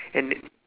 and